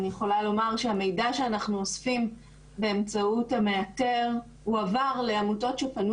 אני יכולה לומר שהמידע שאנחנו אוספים באמצעות המאתר הועבר לעמותות שפנו